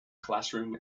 classroom